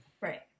Right